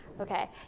Okay